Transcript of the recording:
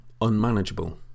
unmanageable